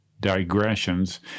digressions